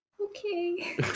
Okay